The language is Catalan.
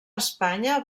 espanya